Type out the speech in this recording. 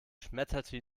schmetterte